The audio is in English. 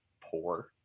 poor